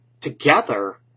together